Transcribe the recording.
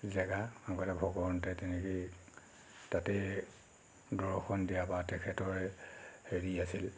জেগা আগতে ভগৱন্তই তেনেকৈয়ে তাতেই দৰ্শন দিয়া বা তেখেতৰ হেৰি আছিল